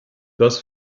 das